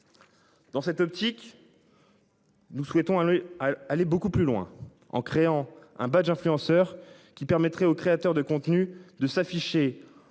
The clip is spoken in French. Dans cette optique. Nous souhaitons. Aller beaucoup plus loin en créant un badge influenceurs qui permettrait aux créateurs de contenus de s'afficher en tant que telle